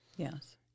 Yes